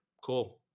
cool